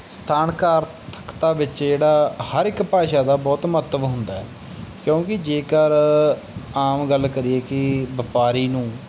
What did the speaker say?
ਸਥਾਨਕ ਆਰਥਕਤਾ ਵਿੱਚ ਜਿਹੜਾ ਹਰ ਇੱਕ ਭਾਸ਼ਾ ਦਾ ਬਹੁਤ ਮਹੱਤਵ ਹੁੰਦਾ ਕਿਉਂਕਿ ਜੇਕਰ ਆਮ ਗੱਲ ਕਰੀਏ ਕਿ ਵਪਾਰੀ ਨੂੰ